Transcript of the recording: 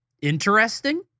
interesting